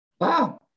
Wow